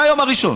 מהיום הראשון